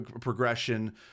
progression